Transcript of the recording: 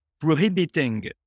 prohibiting